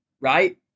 right